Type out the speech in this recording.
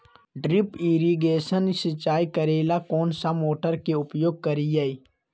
Drip irrigation सिंचाई करेला कौन सा मोटर के उपयोग करियई?